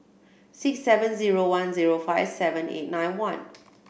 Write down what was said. six seven zero one zero five seven eight nine one